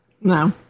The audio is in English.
No